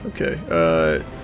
Okay